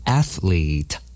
athlete